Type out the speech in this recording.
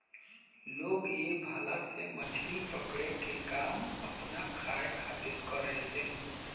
लोग ए भाला से मछली पकड़े के काम आपना खाए खातिर करेलेन